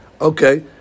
Okay